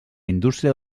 indústria